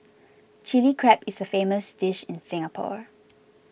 Chilli Crab is a famous dish in Singapore